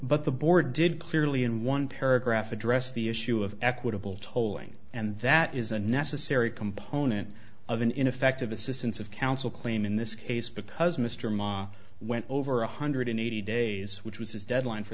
but the board did clearly in one paragraph addressed the issue of equitable tolling and that is a necessary component of an ineffective assistance of counsel claim in this case because mr ma went over one hundred eighty days which was his deadline for